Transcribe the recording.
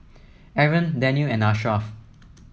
Aaron Daniel and Ashraf